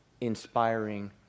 inspiring